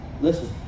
Listen